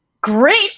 great